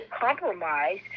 compromise